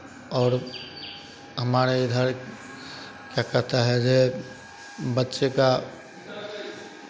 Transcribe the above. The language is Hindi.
और हमारे इधर क्या कहता है ये बच्चे का